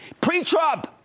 Pre-Trump